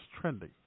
trending